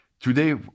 Today